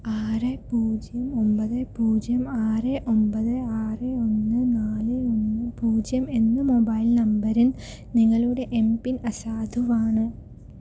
ആറ് പൂജ്യം ഒമ്പത് പൂജ്യം ആറ് ഒമ്പത് ആറ് ഒന്ന് നാല് ഒന്ന് പൂജ്യം എന്ന മൊബൈൽ നമ്പറിൽ നിങ്ങളുടെ എം പിൻ അസാധുവാണ്